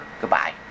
Goodbye